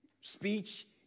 speech